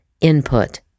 input